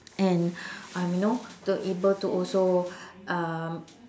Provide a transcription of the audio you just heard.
and um you know to able to also um